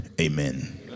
Amen